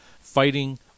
fighting